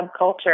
subculture